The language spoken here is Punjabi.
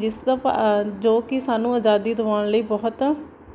ਜਿਸ ਤੋਂ ਭਾ ਜੋ ਕਿ ਸਾਨੂੰ ਆਜ਼ਾਦੀ ਦਵਾਉਣ ਲਈ ਬਹੁਤ